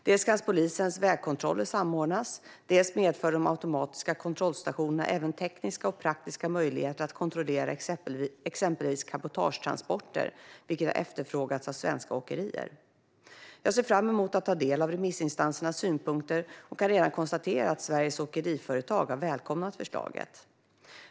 Dels kan polisens vägkontroller samordnas, dels medför de automatiska kontrollstationerna även tekniska och praktiska möjligheter att kontrollera exempelvis cabotagetransporter, vilket har efterfrågats av svenska åkerier. Jag ser fram emot att ta del av remissinstansernas synpunkter och kan redan konstatera att Sveriges Åkeriföretag har välkomnat förslaget.